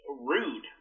rude